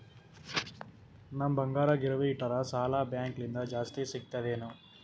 ನಮ್ ಬಂಗಾರ ಗಿರವಿ ಇಟ್ಟರ ಸಾಲ ಬ್ಯಾಂಕ ಲಿಂದ ಜಾಸ್ತಿ ಸಿಗ್ತದಾ ಏನ್?